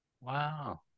Wow